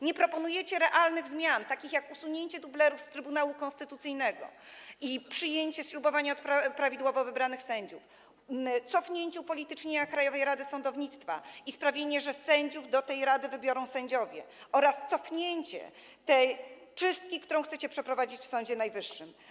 Nie proponujecie realnych zmian, takich jak usunięcie dublerów z Trybunału Konstytucyjnego i przyjęcie ślubowania od prawidłowo wybranych sędziów, cofnięcie upolitycznienia Krajowej Rady Sądownictwa, sprawienie, że sędziów do tej rady wybiorą sędziowie, oraz cofnięcie tej czystki, którą chcecie przeprowadzić w Sądzie Najwyższym.